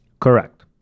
Correct